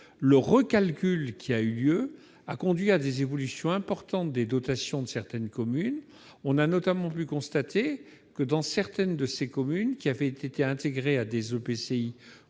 calcul qui a eu lieu a conduit à des évolutions importantes des dotations de certaines communes. On a notamment pu constater que certaines des communes qui avaient été intégrées à des EPCI